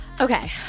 Okay